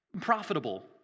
profitable